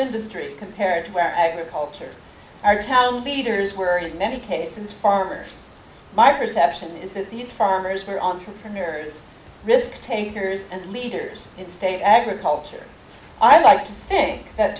industry compared to where agriculture our town leaders were medications former my perception is that these farmers fear entrepreneurs risk takers and leaders in state agriculture i like to think that